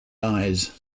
eyes